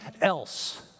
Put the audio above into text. else